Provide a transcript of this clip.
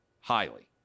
highly